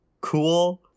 Cool